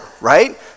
right